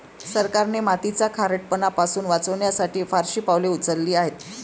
सरकारने मातीचा खारटपणा पासून वाचवण्यासाठी फारशी पावले उचलली आहेत